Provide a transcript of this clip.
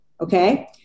Okay